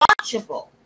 watchable